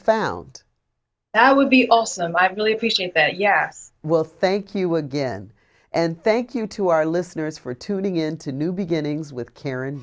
found that would be awesome i really appreciate that yes well thank you again and thank you to our listeners for tuning into new beginnings with karen